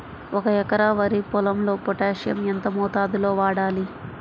ఒక ఎకరా వరి పొలంలో పోటాషియం ఎంత మోతాదులో వాడాలి?